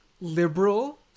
liberal